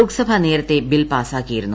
ലോക്സഭ നേരത്തെ ബിൽ പാസ്സാക്കിയിരുന്നു